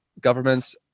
governments